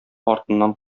артыннан